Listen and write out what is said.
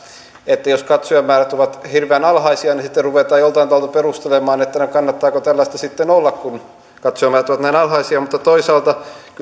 että jos katsojamäärät ovat hirveän alhaisia niin sitten ruvetaan jollain tavalla perustelemaan kannattaako tällaista sitten olla kun katsojamäärät ovat näin alhaisia mutta toisaalta kyllähän